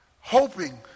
hoping